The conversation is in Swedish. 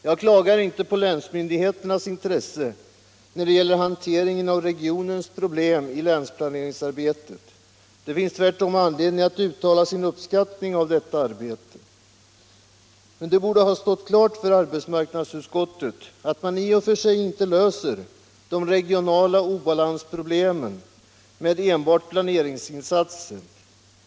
Jag klagar inte på länsmyndigheternas intresse när det gäller hanteringen av regionens problem i länsplaneringsarbetet. Det finns tvärtom anledning att uttala sin uppskattning av detta arbete. Men det borde ha stått klart för arbetsmarknadsutskottet att man inte i och för sig löser de regionala obalansproblemen med enbart planeringsinsatser.